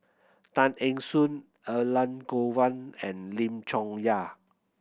Tay Eng Soon Elangovan and Lim Chong Yah